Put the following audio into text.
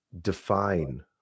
define